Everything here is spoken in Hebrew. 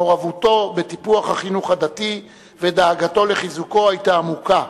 מעורבותו בטיפוח החינוך הדתי ודאגתו לחיזוקו היתה עמוקה.